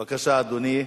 בבקשה, אדוני.